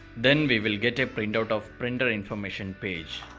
then we will get a printout of printer information page,